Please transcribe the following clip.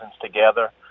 together